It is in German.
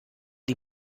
die